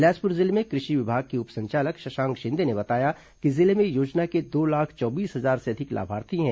बिलासपुर जिले में कृषि विभाग के उप संचालक शशांक शिंदे ने बताया कि जिले में योजना के दो लाख चौबीस हजार से अधिक लाभार्थी हैं